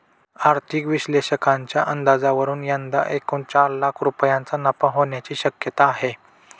आर्थिक विश्लेषकांच्या अंदाजावरून यंदा एकूण चार लाख रुपयांचा नफा होण्याची शक्यता आहे